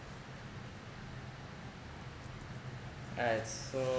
alright so